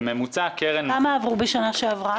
כמה עברו בשנה שעברה?